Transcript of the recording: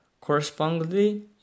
Correspondingly